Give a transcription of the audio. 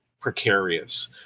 precarious